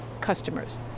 customers